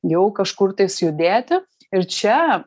jau kažkur tais judėti ir čia